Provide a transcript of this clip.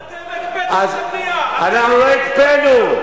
אבל אתם הקפאתם את הבנייה, אנחנו לא הקפאנו.